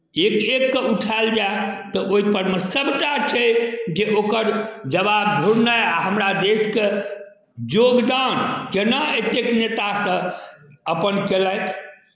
एक एक कऽ उठाएल जाय तऽ ओहिपर मे सभटा छै जे ओकर जबाब ढूँढनाइ आ हमरा देशके योगदान केना एतेक नेतासभ अपन कयलथि